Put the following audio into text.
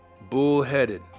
Bullheaded